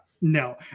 No